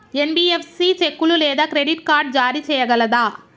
NBFC చెక్కులు లేదా credit card జారీ చేయగలదా?